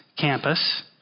campus